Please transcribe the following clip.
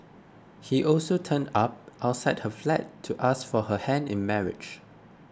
he also turned up outside her flat to ask for her hand in marriage